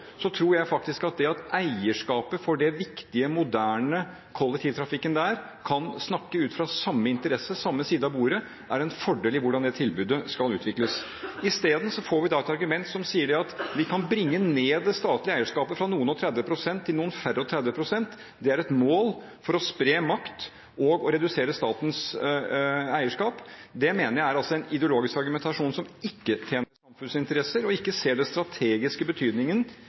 tror jeg at det at eierskapet til den viktige moderne kollektivtrafikken der kan snakke ut fra samme interesse og fra samme side av bordet, er en fordel med hensyn til hvordan det tilbudet skal utvikles. Isteden får vi da et argument som sier at vi kan bringe ned det statlige eierskapet fra noen og tredve prosent til noen færre og tredve prosent. Det er et mål for å spre makt og redusere statens eierskap. Det mener jeg er en ideologisk argumentasjon som ikke tjener samfunnets interesser – og ikke ser den strategiske betydningen